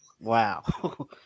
Wow